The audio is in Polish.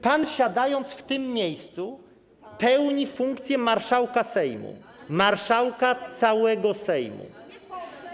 Pan, siedząc na tym miejscu, pełni funkcję marszałka Sejmu, marszałka całego Sejmu.